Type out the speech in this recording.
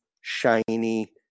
shiny